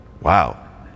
wow